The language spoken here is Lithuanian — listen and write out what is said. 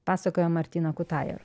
pasakoja martyna kutajer